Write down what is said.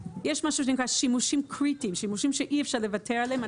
יש משהו שנקרא שימושים קריטיים שימושים שאי אפשר לוותר עליהם.